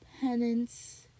penance